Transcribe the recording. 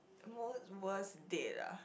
most worst date ah